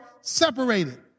separated